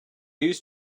used